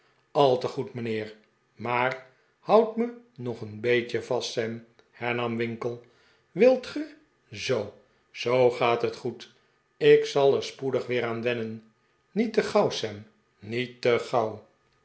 a te goed mijnheer maar houdt me nog een b'eetje vast sam hernam winkle r wilt ge zoo zoo gaat het goed ik zal er spoedig weer aan wennen niet te gauw sam niet te gauwl